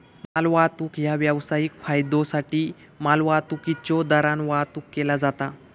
मालवाहतूक ह्या व्यावसायिक फायद्योसाठी मालवाहतुकीच्यो दरान वाहतुक केला जाता